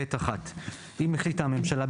(ב) (1)אם הממשלה החליטה,